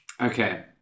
Okay